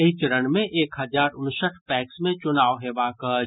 एहि चरण मे एक हजार उनसठ पैक्स मे चुनाव हेबाक अछि